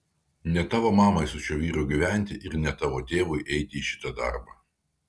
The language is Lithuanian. ne tavo mamai su šiuo vyru gyventi ir ne tavo tėvui eiti į šitą darbą